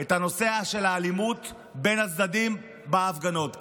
את נושא האלימות בין הצדדים בהפגנות.